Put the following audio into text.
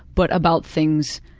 but about things